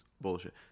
bullshit